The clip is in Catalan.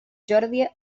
jordi